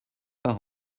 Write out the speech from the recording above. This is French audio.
par